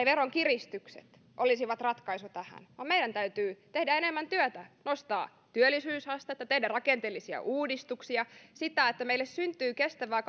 veronkiristykset olisivat ratkaisu tähän vaan meidän täytyy tehdä enemmän työtä nostaa työllisyysastetta tehdä rakenteellisia uudistuksia niin että meille syntyy kestävää